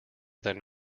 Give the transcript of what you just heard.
than